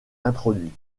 introduits